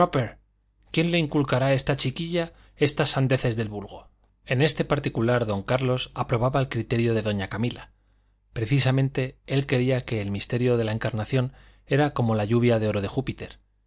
quién le inculcará a esta chiquilla estas sandeces del vulgo en este particular don carlos aprobaba el criterio de doña camila precisamente él creía que el misterio de la encarnación era como la lluvia de oro de júpiter